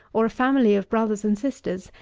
or a family of brothers and sisters,